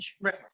right